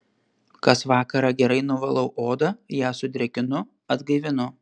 kas vakarą gerai nuvalau odą ją sudrėkinu atgaivinu